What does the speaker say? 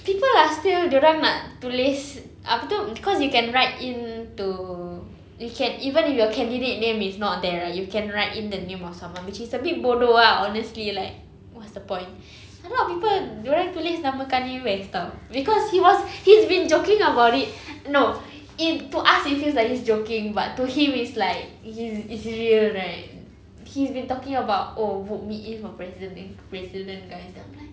people are still dia orang nak tulis apa tu cause you can write in to you can even if your candidate name is not there right you can write in the name of someone which is a bit bodoh ah honestly like what's the point a lot of people dia orang tulis nama kanye west [tau] because he was he's been joking about it no it to us he feels like he's joking but to him it's like he's it's real right he's been talking about oh vote me in for president president guys then I'm like